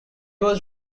was